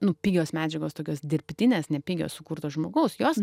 nu pigios medžiagos tokios dirbtinės ne pigios sukurto žmogaus jos